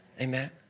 Amen